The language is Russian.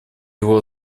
его